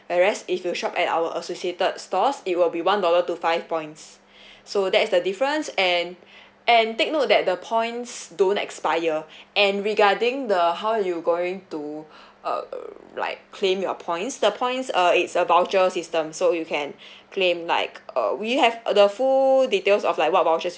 the rest if you shop at our associated stores it will be one dollar to five points so that's the difference and and take note that the points don't expire and regarding the how you going to uh err like claim your points the points uh it's a voucher system so you can claim like uh we have uh the full details of like what vouchers you